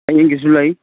ꯐꯌꯦꯡꯒꯤꯁꯨ ꯂꯩ